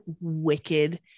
wicked